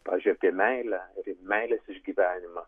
pavyzdžiui apie meilę ir meilės išgyvenimą